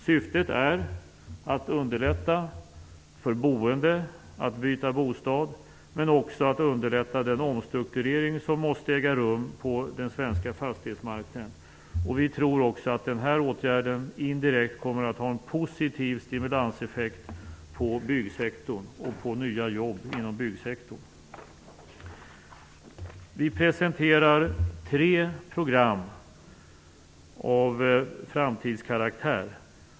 Syftet är att underlätta för boende att byta bostad men också att underlätta den omstrukturering som måste äga rum på den svenska fastighetsmarknaden. Vi tror att denna åtgärd indirekt kommer att ha en positiv stimulanseffekt på byggsektorn och när det gäller nya jobb inom byggsektorn. Vi presenterar tre program av framtidskaraktär.